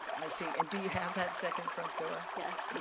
i see. and do you have that second front door? yes.